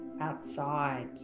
outside